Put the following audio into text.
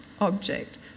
object